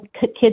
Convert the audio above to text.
kids